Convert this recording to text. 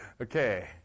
Okay